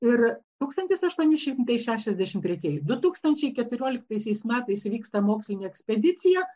ir tūkstantis aštuoni šimtai šešiasdešimt tretieji du tūkstančiai keturioliktais metais vyksta mokslinė ekspedicija